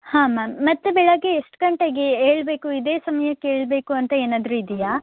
ಹಾಂ ಮ್ಯಾಮ್ ಮತ್ತೆ ಬೆಳಗ್ಗೆ ಎಷ್ಟು ಗಂಟೆಗೆ ಏಳಬೇಕು ಇದೇ ಸಮಯಕ್ಕೆ ಏಳಬೇಕು ಅಂತ ಏನಾದರೂ ಇದೆಯಾ